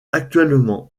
actuellement